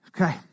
Okay